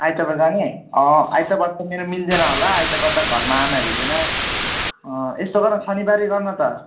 आइतबार जाने आइतबार त मेरो मिल्दैन होला आइतबार त घरमा आमाहरू हुँदैन अँ यसो गर न शनिबार नै गर न त